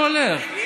פתאום, מה פתאום.